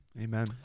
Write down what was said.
Amen